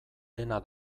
dena